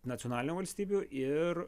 nacionalinių valstybių ir